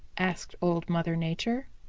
asked old mother nature.